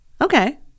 Okay